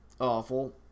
awful